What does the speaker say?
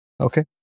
okay